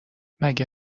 مگه